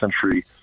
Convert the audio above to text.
century